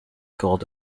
called